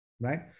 Right